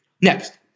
Next